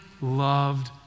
loved